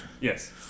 Yes